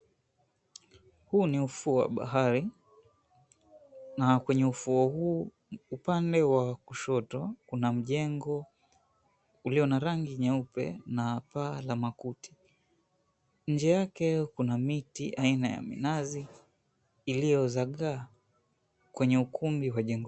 Huu ni ufuo wa bahari na kwenye ufuo huu upande wa kushoto kuna mjengo ulio na rangi nyeupe na paa la makuti, nje yake kuna miti aina ya minazi iliyozagaa mwenye ukumbi wa jengo.